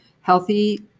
healthy